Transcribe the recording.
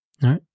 Right